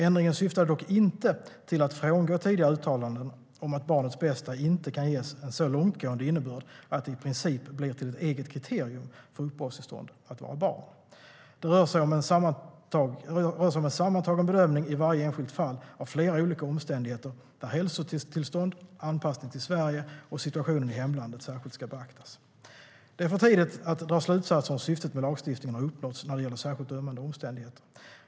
Ändringen syftade dock inte till att frångå tidigare uttalanden om att "barnets bästa" inte kan ges en så långtgående innebörd att det i princip blir till ett eget kriterium för uppehållstillstånd att vara barn. Det rör sig om en sammantagen bedömning i varje enskilt fall av flera olika omständigheter, där hälsotillstånd, anpassning till Sverige och situationen i hemlandet särskilt ska beaktas. Det är för tidigt att dra slutsatser om huruvida syftet med lagstiftningen har uppnåtts när det gäller särskilt ömmande omständigheter.